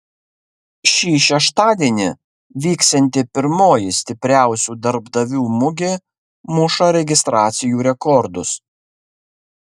šį šeštadienį vyksianti pirmoji stipriausių darbdavių mugė muša registracijų rekordus